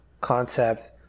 concept